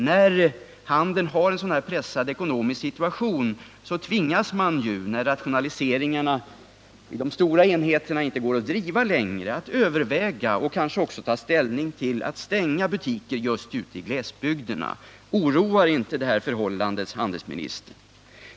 I denna pressade ekonomiska situation tvingas handeln att, när rationaliseringarna i de stora enheterna inte går att driva längre, överväga och kanske också besluta om att stänga butiker ute i glesbygderna. Oroar inte detta förhållande handelsministern?